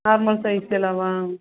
normal சைஸுலவா